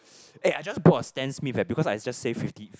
eh I just bought Stan Smith eh because I just saved fifty